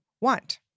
want